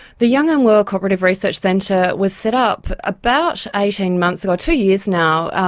the young and well cooperative research centre was set up about eighteen months ago, two years now,